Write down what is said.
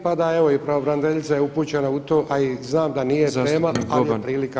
Pa da evo i pravobraniteljica je upućena u to, a i znam da nije tema [[Upadica predsjednik: Zastupnik Boban.]] Nije prilika.